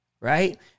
right